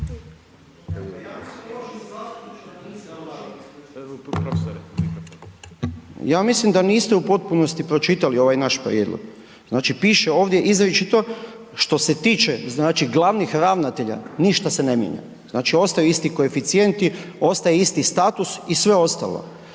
Ja mislim da niste u potpunosti pročitali ovaj naš prijedlog. Znači piše ovdje izričito što se tiče glavnih ravnatelja, ništa se ne mijenja. Znači ostaju isti koeficijenti, ostaje isti status i sve ostalo